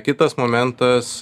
kitas momentas